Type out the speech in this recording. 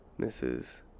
mrs